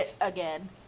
Again